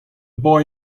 boy